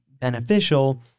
beneficial